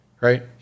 Right